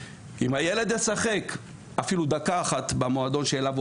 אם הילד ישחק אפילו דקה אחת במועדון שאליו הוא